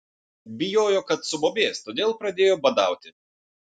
bijojo kad subobės todėl pradėjo badauti